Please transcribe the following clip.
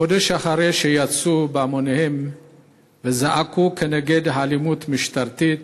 חודש אחרי שיצאו בהמוניהם וזעקו כנגד אלימות משטרתית,